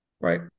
right